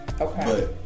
Okay